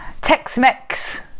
Tex-Mex